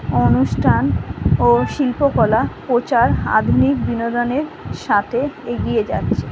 অনুষ্ঠান ও শিল্পকলার প্রচার আধুনিক বিনোদনের সাথে এগিয়ে যাচ্ছে